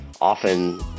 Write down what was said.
often